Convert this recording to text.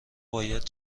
باید